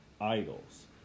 idols